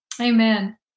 Amen